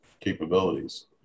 capabilities